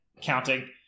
counting